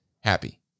happy